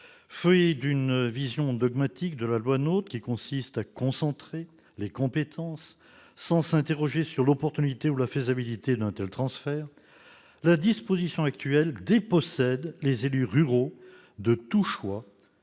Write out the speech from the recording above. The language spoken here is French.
Fruit d'une vision dogmatique de la loi NOTRe qui consiste à concentrer les compétences sans s'interroger sur l'opportunité ou la faisabilité d'un tel transfert, la disposition actuelle dépossède les élus ruraux de tout choix,